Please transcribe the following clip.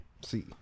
See